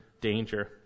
danger